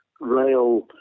rail